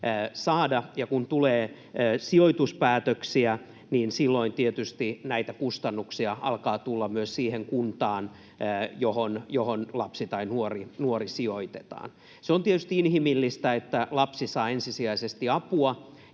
Kun tulee sijoituspäätöksiä, niin silloin tietysti näitä kustannuksia alkaa tulla myös siihen kuntaan, johon lapsi tai nuori sijoitetaan. Se on tietysti inhimillistä, että lapsi saa ensisijaisesti apua